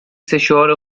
سشوار